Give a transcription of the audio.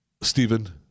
Stephen